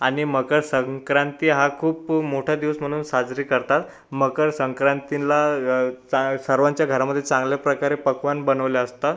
आणि मकरसंक्रांती हा खूप मोठा दिवस म्हणून साजरी करतात मकरसंक्रांतीला ताअ सर्वांच्या घरामध्ये चांगल्या प्रकारे पक्वान्न बनवले असतात